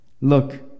Look